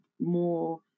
more